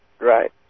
Right